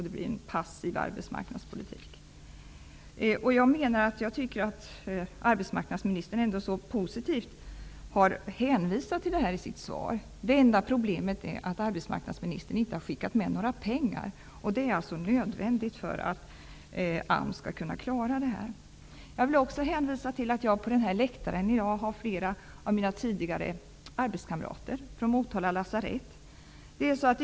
Det blir en passiv arbetsmarknadspolitik. Det är positivt att arbetsmarknadsministern har hänvisat till detta i sitt svar. Det enda problemet är att arbetsmarknadsministern inte har skickat med några pengar. Det är nödvändigt för att AMS skall kunna klara detta. Jag vill också hänvisa till att jag har flera av mina tidigare arbetskamrater från Motala lasarett på läktaren i dag.